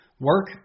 Work